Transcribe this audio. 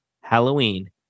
Halloween